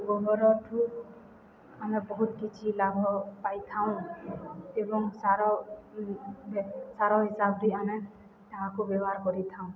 ଗୋବରଠୁ ଆମେ ବହୁତ କିଛି ଲାଭ ପାଇଥାଉଁ ଏବଂ ସାର ସାର ହିସାବଟି ଆମେ ତାହାକୁ ବ୍ୟବହାର କରିଥାଉଁ